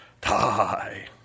die